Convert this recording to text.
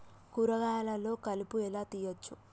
కూరగాయలలో కలుపు ఎలా తీయచ్చు?